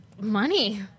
money